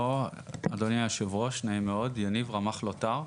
אדוני היו"ר נעים מאוד, יניב רמ"ח לוט"ר.